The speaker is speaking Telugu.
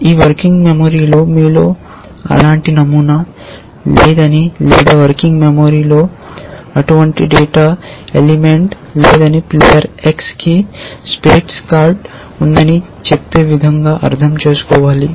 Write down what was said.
మీ వర్కింగ్ మెమరీలో మీలో అలాంటి నమూనా లేదని లేదా వర్కింగ్ మెమరీలో అటువంటి డేటా ఎలిమెంట్ లేదని ప్లేయర్ x కి స్పేడ్స్ కార్డ్ ఉందని చెప్పే విధంగా అర్థం చేసుకోవాలి